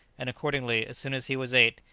and accordingly, as soon as he was eight,